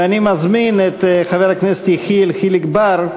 אני מזמין את חבר הכנסת יחיאל חיליק בר,